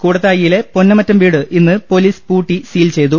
കൂടത്തായിയിലെ പൊന്നമറ്റം വീട് ഇന്ന് പോലീസ് പൂട്ടി സീൽ ചെയ്തു